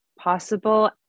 possible